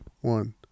one